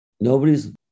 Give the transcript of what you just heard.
nobody's